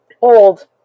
old